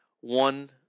one